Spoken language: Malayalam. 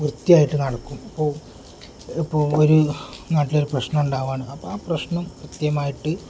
വൃത്തിയായിട്ട് നടക്കും അപ്പോൾ ഇപ്പോൾ ഒരു നാട്ടിൽ ഒരു പ്രശ്നം ഉണ്ടാവുകയാണ് അപ്പം ആ പ്രശ്നം കൃത്യമായിട്ട്